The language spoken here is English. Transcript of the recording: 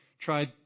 tried